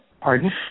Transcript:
Pardon